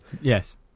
Yes